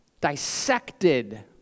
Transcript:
dissected